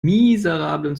miserablen